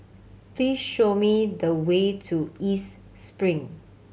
please show me the way to East Spring